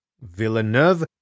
Villeneuve